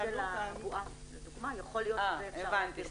--- הבנתי.